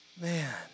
man